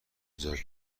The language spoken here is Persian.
ایجاد